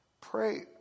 pray